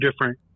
different